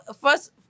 first